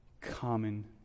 common